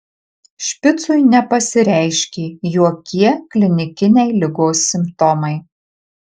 špicui nepasireiškė jokie klinikiniai ligos simptomai